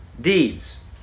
deeds